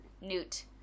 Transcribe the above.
Newt